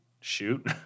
shoot